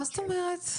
מה זאת אומרת?